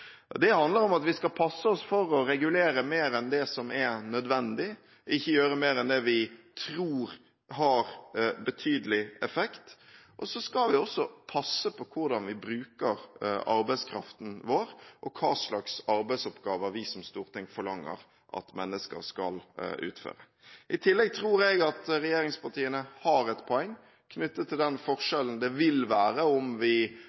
Det handler om at vi skal passe oss for å regulere mer enn det som er nødvendig, ikke gjøre mer enn det vi tror har betydelig effekt. Så skal vi også passe på hvordan vi bruker arbeidskraften vår, og hva slags arbeidsoppgaver vi som storting forlanger at mennesker skal utføre. I tillegg tror jeg at regjeringspartiene har et poeng knyttet til den forskjellen det vil være om vi